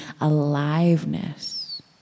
aliveness